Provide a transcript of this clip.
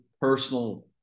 personal